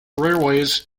railways